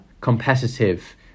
competitive